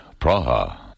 Praha